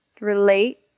relate